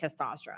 testosterone